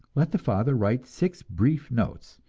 let the father write six brief notes,